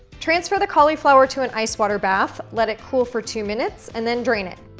transfer the cauliflower to an ice water bath, let it cool for two minutes, and then drain it.